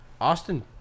Austin